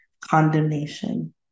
condemnation